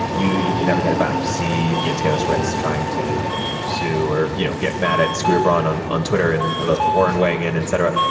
you you can ever get it back. see taylor swift's trying to sue or you know get mad at scooter braun on on twitter and elizabeth warren weighing-in, etc.